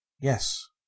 Yes